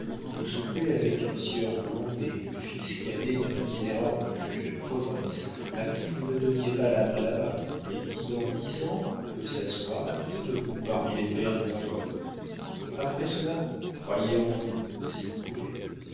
vous soupez avec un sieur blondet fils cadet d'un misérable juge de province à qui vous ne donniez pas la main là-bas et qui dans dix ans peut s'asseoir à côté de vous parmi les pairs du royaume après cela croyez en vous si vous pouvez